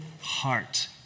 heart